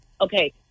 Okay